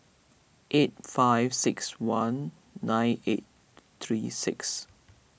eight five six one nine eight three six